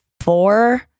four